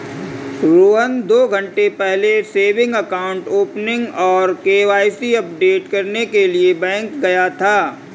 रोहन दो घन्टे पहले सेविंग अकाउंट ओपनिंग और के.वाई.सी अपडेट करने के लिए बैंक गया था